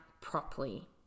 properly